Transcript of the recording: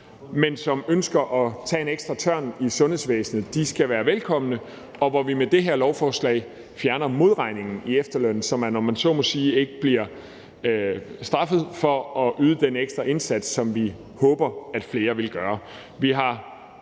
men som ønsker at tage en ekstra tørn i sundhedsvæsenet, skal være velkomne, og med det her lovforslag fjerner vi modregningen i efterlønnen, så man, om man så må sige, ikke bliver straffet for at yde den ekstra indsats, som vi håber at flere vil yde.